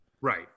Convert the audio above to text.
Right